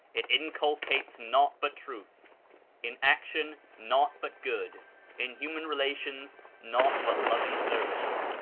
it inculcates naught but truth in action, naught but good in human relations, naught but loving service.